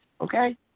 Okay